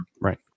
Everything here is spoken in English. Right